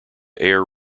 air